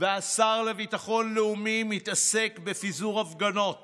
והשר לביטחון לאומי מתעסק בפיזור הפגנות